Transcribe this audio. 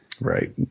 Right